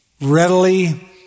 readily